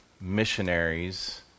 missionaries